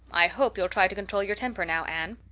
i hope you'll try to control your temper now, anne.